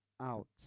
Out